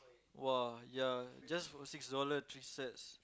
!wah! ya just for six dollar three sets